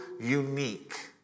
unique